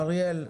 אריאל,